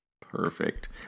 Perfect